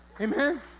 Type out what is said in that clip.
Amen